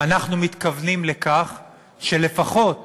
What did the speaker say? אנחנו מתכוונים לכך שלפחות